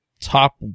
top